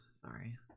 Sorry